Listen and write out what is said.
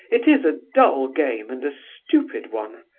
it is a dull game and a stupid one.